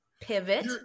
pivot